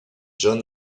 john